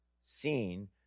seen